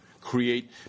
create